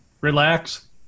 Relax